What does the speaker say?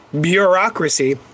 bureaucracy